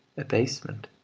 abasement,